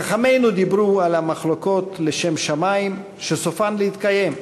חכמינו דיברו על המחלוקות לשם שמים שסופן להתקיים,